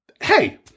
hey